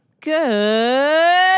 Good